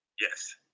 Yes